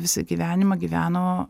visą gyvenimą gyveno